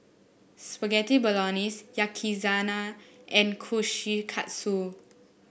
Spaghetti Bolognese Yakizakana and Kushikatsu